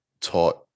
taught